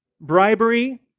bribery